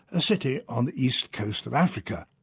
a city on the east coast of africa.